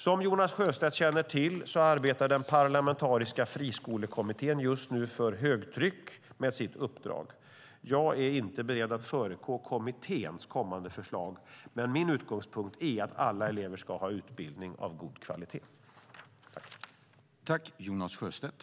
Som Jonas Sjöstedt känner till arbetar den parlamentariska Friskolekommittén just nu för högtryck med sitt uppdrag. Jag är inte beredd att föregå kommitténs kommande förslag, men min utgångspunkt är att alla elever ska få utbildning av god kvalitet.